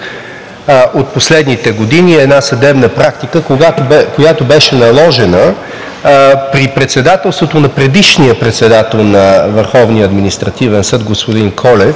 от последните години, една съдебна практика, която беше наложена при председателството на предишния председател на Върховния